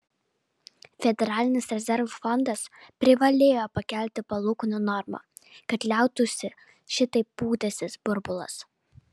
federalinis rezervų fondas privalėjo pakelti palūkanų normą kad liautųsi šitaip pūtęsis burbulas